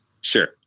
Sure